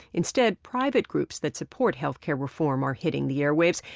instead, private groups that support health care reform are hitting the airwaves,